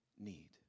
need